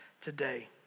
today